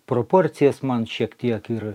proporcijas man šiek tiek ir